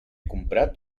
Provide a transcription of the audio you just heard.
comprat